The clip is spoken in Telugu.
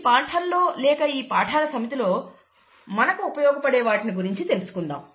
ఈ పాఠంలో లేక ఈ పాఠశాల సమితి లో మనకు ఉపయోగపడే వాటిని గురించి తెలుసుకుందాము